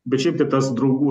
bet šiaip tai tas draugų